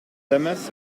damas